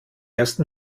ersten